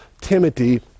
Timothy